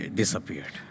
disappeared